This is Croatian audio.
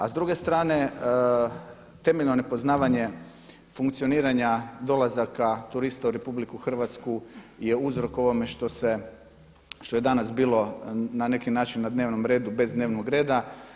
A s druge strane temeljno nepoznavanje funkcioniranja dolazaka turista u RH je uzrok ovome što je danas bilo na neki način na dnevnom redu bez dnevnog reda.